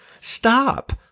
Stop